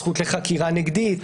הזכות לחקירה נגדית,